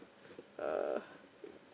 uh